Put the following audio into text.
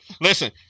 listen